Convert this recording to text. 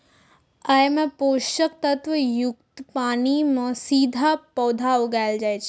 अय मे पोषक तत्व युक्त पानि मे सीधे पौधा उगाएल जाइ छै